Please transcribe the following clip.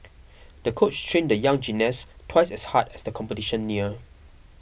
the coach trained the young gymnast twice as hard as the competition neared